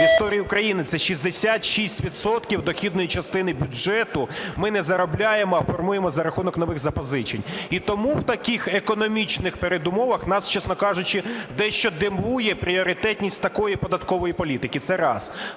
в історії України. Це 66 відсотків дохідної частини бюджету ми не заробляємо, а формуємо за рахунок нових запозичень. І тому в таких економічних передумовах нас, чесно кажучи, дещо дивує пріоритетність такої податкової політики. Це раз.